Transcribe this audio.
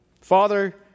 Father